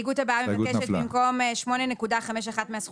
ההסתייגות הבאה מבקשת במקום "8.51 הסכום